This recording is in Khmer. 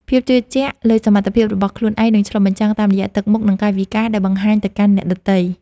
ភាពជឿជាក់លើសមត្ថភាពរបស់ខ្លួនឯងនឹងឆ្លុះបញ្ចាំងតាមរយៈទឹកមុខ និង កាយវិការដែលបង្ហាញទៅកាន់អ្នកដទៃ។